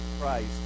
Christ